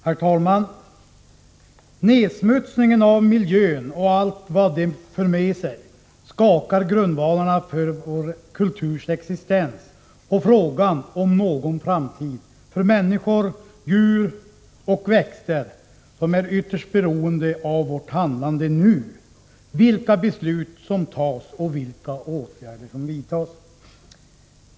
Herr talman! Nedsmutsningen av miljön och allt vad den för med sig skakar grundvalarna för vår kulturs existens, och frågan om människor, djur och växter har någon framtid är ytterst beroende av vårt handlande nu — vilka beslut som fattas och vilka åtgärder som vidtas.